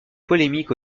polémiques